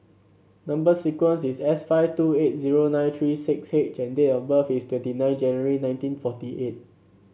number sequence is S five two eight zero nine three six H and date of birth is twenty nine January nineteen forty eight